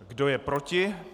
Kdo je proti?